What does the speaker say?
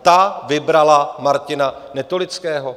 Ta vybrala Martina Netolického.